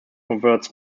converts